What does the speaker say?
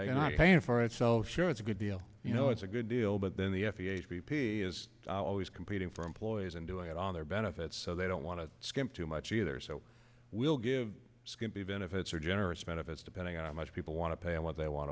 paying for it so sure it's a good deal you know it's a good deal but then the f d a g p is always competing for employees and doing it on their benefits so they don't want to skimp too much either so will give skimpy benefits or generous benefits depending on much people want to pay and what they want